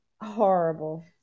Horrible